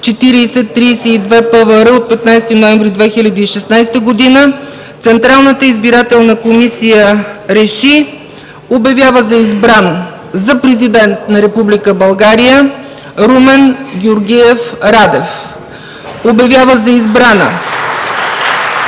4032-ПВР от 15 ноември 2016 г., Централната избирателна комисия РЕШИ: Обявява за избран за президент на Република България Румен Георгиев Радев. (Ръкопляскания